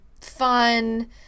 fun